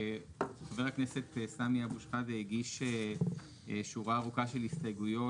חבר הכנסת סמי אבו שחאדה הגיש שורה ארוכה של הסתייגויות,